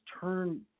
turn